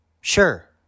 Sure